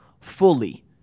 fully